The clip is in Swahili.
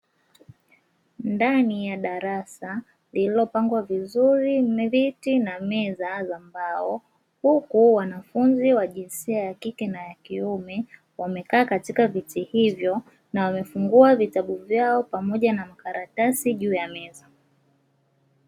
Ndani ya darasa lililopangwa vizuri viti na meza za mbao huku wanafunzi wa jinsia ya kike na ya kiume wamekaa katika viti hivyo na wamefungua vitabu vyao pamoja na makaratasi juu ya meza.